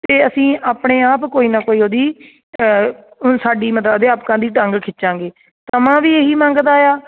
ਅਤੇ ਅਸੀਂ ਆਪਣੇ ਆਪ ਕੋਈ ਨਾ ਕੋਈ ਉਹਦੀ ਸਾਡੀ ਮਤਲਬ ਅਧਿਆਪਕਾਂ ਦੀ ਟੰਗ ਖਿੱਚਾਂਗੇ ਸਮਾਂ ਵੀ ਇਹੀ ਮੰਗਦਾ ਆ